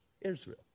Israel